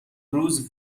روز